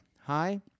Hi